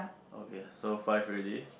okay so five already